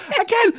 Again